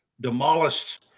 demolished